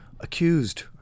Accused